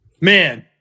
Man